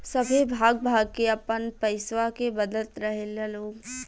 सभे भाग भाग के आपन पइसवा के बदलत रहेला लोग